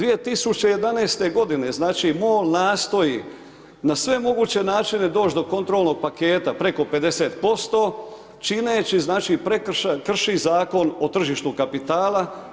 2011. godine znači MOL nastoji na sve moguće načine doći do kontrolnog paketa preko 50% čineći znači prekršaj, krši Zakon o tržištu kapitala.